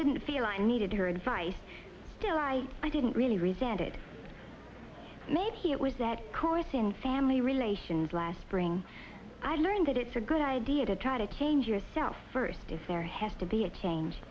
didn't feel i needed her advice to why i didn't really resented maybe it was that course in family relations last spring i learned that it's a good idea to try to change yourself first is there has to be a change